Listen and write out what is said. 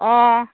अ